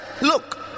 look